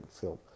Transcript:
film